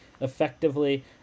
effectively